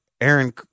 Aaron